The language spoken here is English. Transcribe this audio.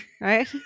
right